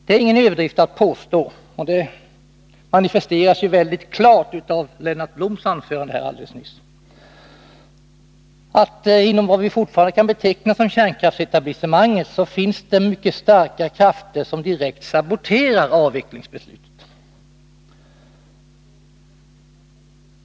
Det är ingen överdrift att påstå — det manifesteras mycket klart i Lennart Bloms nyss hållna anförande — att det inom vad vi fortfarande kan beteckna som kärnkraftsetablissemanget finns mycket starka krafter som direkt saboterar avvecklingsbeslutet. Många starka krafter arbetar målmedvetet för att förhindra ett genomförande av det.